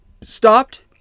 stopped